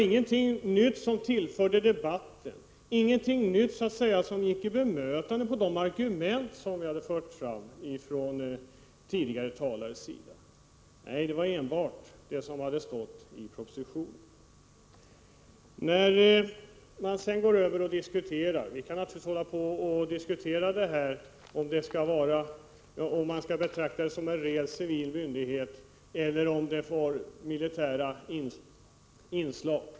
Inget nytt tillfördes debatten. Han bemötte inte de argument som talarna tidigare hade fört fram. Nej, det var enbart sådant som står i propositionen. Vi kan naturligtvis diskutera om kustbevakningen skall betraktas som en rent civil myndighet eller om den får militära inslag.